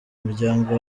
muryango